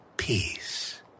Peace